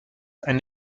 ein